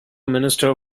minister